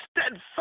steadfast